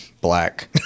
Black